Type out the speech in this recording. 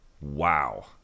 Wow